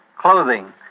Clothing